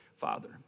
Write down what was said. Father